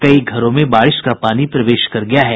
कई घरों में बारिश का पानी प्रवेश कर गया है